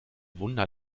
wunder